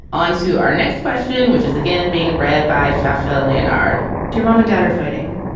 on to our next question, which is again being read by shasha leonhard dear mom and dad are fighting.